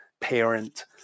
parent